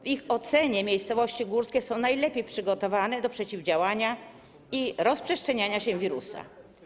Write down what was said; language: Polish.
W ich ocenie miejscowości górskie są najlepiej przygotowane do przeciwdziałania rozprzestrzenianiu się wirusa.